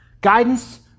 Guidance